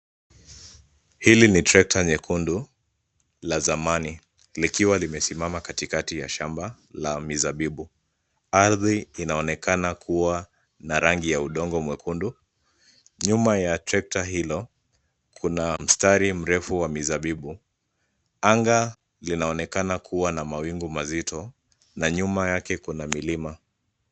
Hili ni trekta nyekundu la zamani likiwa limesimama katikati ya shamba la mizabibu ardhi inaonekana kuwa na rangi ya udongo mwekundu nyuma ya trekta hilo kuna mistari mirefu ya mizabibu anga linaonekana kuwa na mawingu mazito na nyuma yake kuna milima.